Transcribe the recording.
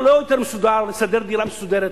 לא יותר מסודר לבנות דירה מסודרת,